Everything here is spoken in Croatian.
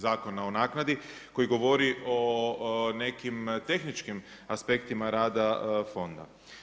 Zakona o naknadi koji govori o nekim tehničkim aspektima rada fonda.